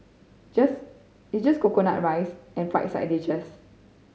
just it's just coconut rice and fried side dishes